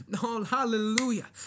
Hallelujah